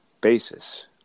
basis